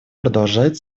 продолжает